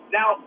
Now